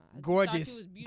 Gorgeous